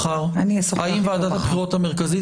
ועדת הבחירות המרכזית